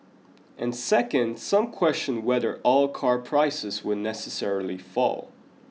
and second some question whether all car prices will necessarily fall